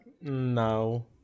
No